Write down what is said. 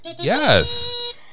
Yes